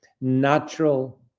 natural